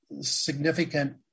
significant